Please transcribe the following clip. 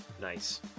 Nice